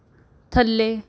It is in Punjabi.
ਥੱਲੇ